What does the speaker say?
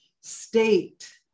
state